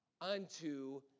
unto